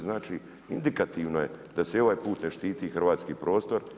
Znači indikativno je da se i ovaj put ne štiti hrvatski prostor